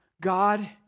God